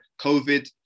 COVID